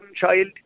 child